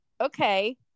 okay